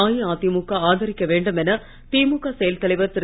அஇஅதிமுக ஆதரிக்க வேண்டும் என திமுக செயல் தலைவர் திரு